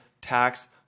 tax